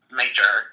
major